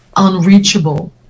Unreachable